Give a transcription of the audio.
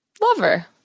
lover